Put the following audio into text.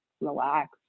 relax